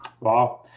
Wow